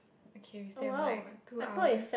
okay we still have like two hours